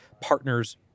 partners